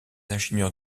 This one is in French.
ingénieurs